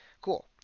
Cool